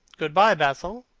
good-bye, basil.